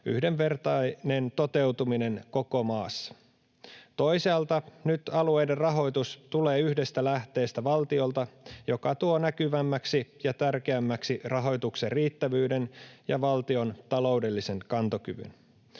yhdenvertainen toteutuminen koko maassa. Toisaalta nyt alueiden rahoitus tulee yhdestä lähteestä, valtiolta, mikä tuo näkyvämmäksi ja tärkeämmäksi rahoituksen riittävyyden ja valtion taloudellisen kantokyvyn.